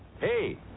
Hey